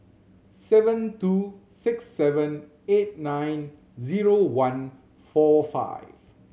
seven two six seven eight nine zero one four five